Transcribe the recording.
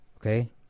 okay